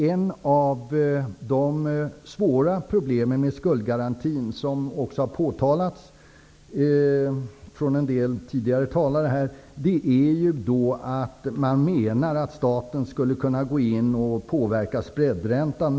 Ett av de svåra problemen med skuldgarantin, som också har påtalats av en del tidigare talare, är att staten skulle kunna gå in och påverka spreadräntan.